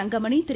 Thangamani Thiru